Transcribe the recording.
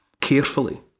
carefully